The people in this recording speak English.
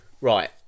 right